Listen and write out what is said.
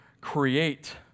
create